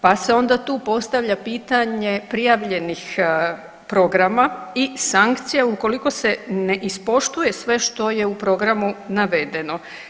Pa se onda tu postavlja pitanje prijavljenih programa i sankcije ukoliko se ne ispoštuje sve što je u programu navedeno.